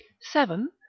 seven